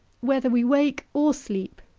whether we wake or sleep,